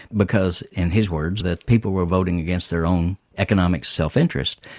because, in his words, that people were voting against their own economic self-interest.